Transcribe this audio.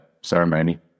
ceremony